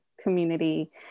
community